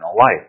life